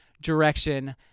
direction